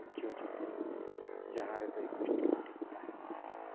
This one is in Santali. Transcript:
ᱰᱷᱤᱯᱪᱩᱭ ᱪᱩᱯᱤ ᱡᱟᱦᱟᱸ ᱨᱮᱫᱚ ᱮᱠᱩᱥᱴᱤ ᱜᱩᱴᱤᱠᱚ ᱛᱟᱦᱮᱱᱟ